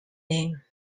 name